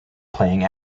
playing